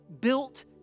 built